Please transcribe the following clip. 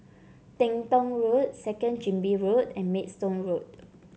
Teng Tong Road Second Chin Bee Road and Maidstone Road